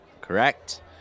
Correct